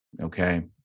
okay